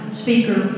speaker